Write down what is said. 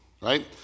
Right